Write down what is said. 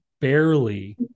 barely